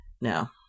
No